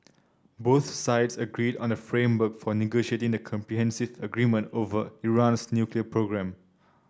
both sides agreed on the framework for negotiating the comprehensive agreement over Iran's nuclear programme